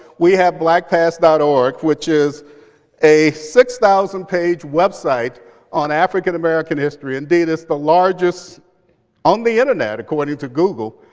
we have blackpast dot org which is a six thousand page website on african-american history. indeed it's the largest on the internet, according to google,